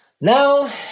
Now